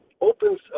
opens